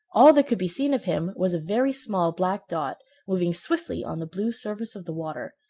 all that could be seen of him was a very small black dot moving swiftly on the blue surface of the water,